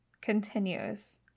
continues